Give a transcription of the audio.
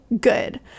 good